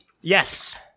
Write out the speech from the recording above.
yes